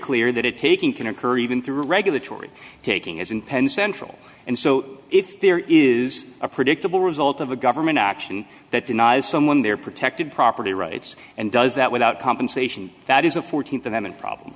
clear that it taking can occur even through regulatory taking as in penn central and so if there is a predictable result of a government action that denies someone their protected property rights and does that without compensation that is a th amendment problem